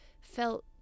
felt